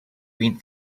went